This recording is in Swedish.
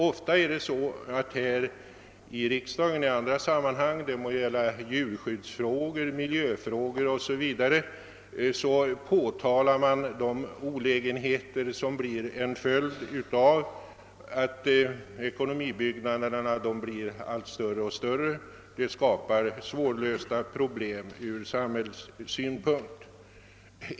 Ofta påtalas i andra sammanhang här i riksdagen — det må gälla djurskyddsfrågor, miljöfrågor och annat — de från samhällssynpunkt svåra problem som blir en följd av de allt större ekonomibyggnaderna.